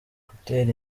gutera